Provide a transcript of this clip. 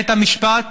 בית המשפט